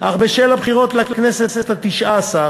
אך בשל הבחירות לכנסת התשע-עשרה,